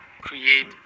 create